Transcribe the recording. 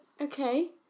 okay